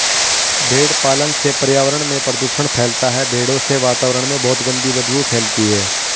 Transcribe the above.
भेड़ पालन से पर्यावरण में प्रदूषण फैलता है भेड़ों से वातावरण में बहुत गंदी बदबू फैलती है